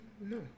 No